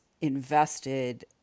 invested